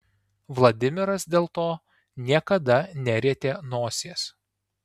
vladimiras dėl to niekada nerietė nosies